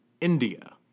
India